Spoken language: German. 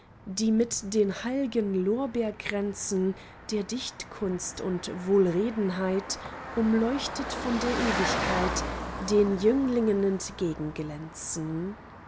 die mit den heilgen lorbeerkränzen der dichtkunst und wohlredenheit umleuchtet von der ewigkeit den jünglingen